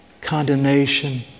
condemnation